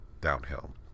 downhill